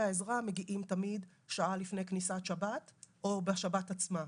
העזרה מגיעים תמיד שעה לפני כניסת שבת או בשבת עצמה.